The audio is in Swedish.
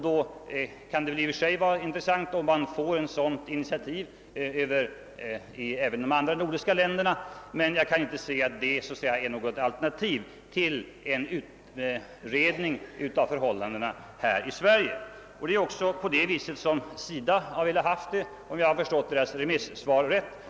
Det kan i och för sig vara intressant med ett sådant initiativ även i de andra nordiska länderna, men jag kan inte se att det är något alternativ till en utredning av förhållandena här i Sverige. Det är också på detta sätt SIDA har velat ha det, om jag förstått dess remissvar rätt.